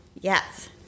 Yes